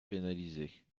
pénalisés